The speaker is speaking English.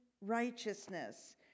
righteousness